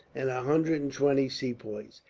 and hundred and twenty sepoys.